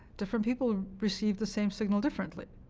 different people receive the same signal differently.